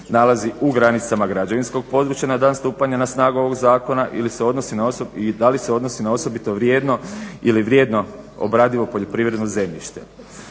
nalazi u granicama građevinskog područja na dan stupanja na snagu ovog zakona i da li se odnosi na osobito vrijedno ili vrijedno obradivo poljoprivredno zemljište.